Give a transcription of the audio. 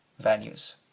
values